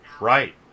Right